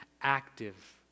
active